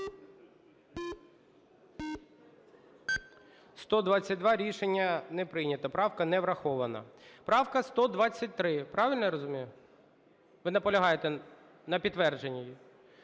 За-122 Рішення не прийнято. Правка не врахована. Правка 123. Правильно я розумію? Ви наполягаєте на підтвердженні